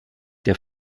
der